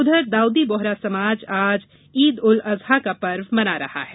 उधर दाउदी बोहरा समाज आज ईद उल अजहा का पर्व मना रहा है